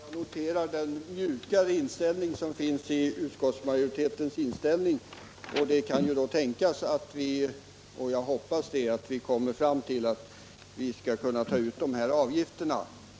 Herr talman! Jag noterar den mjukare inställning som utskottsmajoriteten har. Det kan därför tänkas — och jag hoppas det — att ni också kommer fram till att vi skall kunna ta ut de här avgifterna.